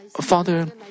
Father